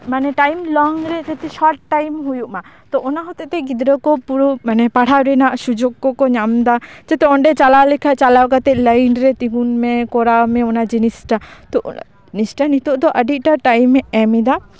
ᱢᱟᱱᱮ ᱴᱟᱭᱤᱢ ᱞᱚᱝᱨᱮ ᱡᱚᱫᱤ ᱥᱚᱨᱴ ᱴᱟᱭᱤᱢ ᱦᱩᱭᱩᱜ ᱢᱟ ᱛᱳ ᱚᱱᱟ ᱦᱚᱛᱮᱜ ᱛᱮ ᱜᱤᱫᱽᱨᱟᱹ ᱠᱚ ᱯᱩᱨᱟᱹ ᱯᱟᱲᱦᱟᱣ ᱨᱮᱱᱟᱜ ᱥᱩᱡᱳᱜ ᱠᱚᱠᱚ ᱧᱟᱢ ᱫᱟ ᱡᱟᱛᱮ ᱚᱸᱰᱮ ᱪᱟᱞᱟᱣ ᱞᱮᱠᱷᱟᱡ ᱪᱟᱞᱟᱣ ᱠᱟᱛᱮᱫ ᱞᱟᱭᱤᱱ ᱨᱮ ᱛᱤᱸᱜᱩᱱ ᱢᱮ ᱠᱚᱨᱟᱣ ᱢᱮ ᱚᱱᱟ ᱡᱤᱱᱤᱥᱴᱟ ᱱᱤᱛᱚᱜ ᱫᱚ ᱟᱹᱰᱤ ᱟᱴᱟ ᱴᱟᱭᱤᱢᱮ ᱮᱢ ᱮᱫᱟ